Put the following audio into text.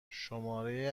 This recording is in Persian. شماره